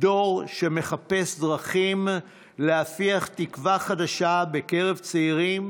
דור שמחפש דרכים להפיח תקווה חדשה בקרב צעירים